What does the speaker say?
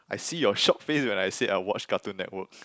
I see your shock face when I say I watch Cartoon Network